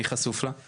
מי חשוף לה?